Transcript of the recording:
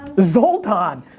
zoltan.